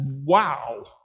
wow